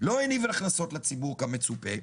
לא הניב הכנסות לציבור כמצופה.